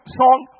song